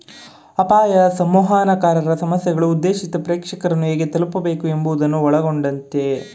ಅಪಾಯ ಸಂವಹನಕಾರರ ಸಮಸ್ಯೆಗಳು ಉದ್ದೇಶಿತ ಪ್ರೇಕ್ಷಕರನ್ನು ಹೇಗೆ ತಲುಪಬೇಕು ಎಂಬುವುದನ್ನು ಒಳಗೊಂಡಯ್ತೆ